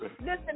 Listen